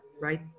right